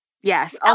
yes